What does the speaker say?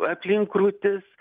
aplink krūtis